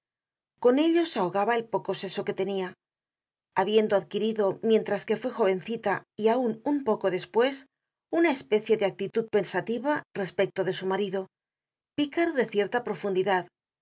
con ellos ahogaba el poco seso que tenia habiendo adquirido mientras que fue jovencita y aun un poco despues una especie de actitud pensativa respecto de su marido picaro de cierta profundidad